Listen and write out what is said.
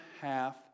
half